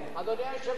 אדוני היושב-ראש,